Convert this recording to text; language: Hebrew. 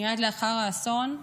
מייד לאחר האסון,